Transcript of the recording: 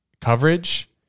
coverage